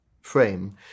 frame